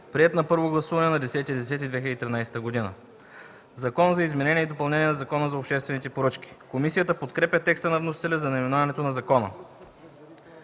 приет на първо гласуване на 10 октомври 2013 г.”. „Закон за изменение и допълнение на Закона за обществените поръчки”. Комисията подкрепя текста на вносителя за наименованието на закона.